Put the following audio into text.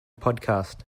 podcast